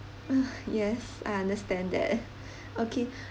ah yes I understand that okay